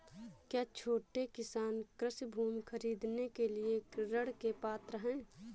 क्या छोटे किसान कृषि भूमि खरीदने के लिए ऋण के पात्र हैं?